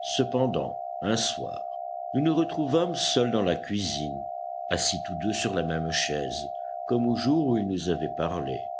cependant un soir nous nous retrouvâmes seuls dans la cuisine assis tous deux sur la même chaise comme au jour où il nous avait parlé